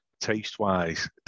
taste-wise